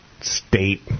state